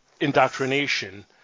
indoctrination